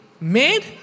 made